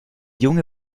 junge